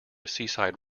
seaside